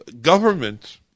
government